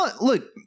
look